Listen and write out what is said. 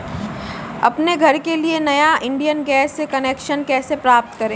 अपने घर के लिए नया इंडियन गैस कनेक्शन कैसे प्राप्त करें?